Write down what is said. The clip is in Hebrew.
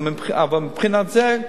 אבל מבחינת זה,